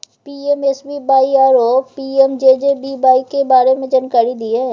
PMSBY आरो PMJJBY के बारे मे जानकारी दिय?